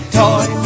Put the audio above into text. toy